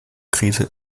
krise